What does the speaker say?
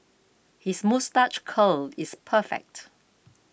his moustache curl is perfect